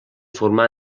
formar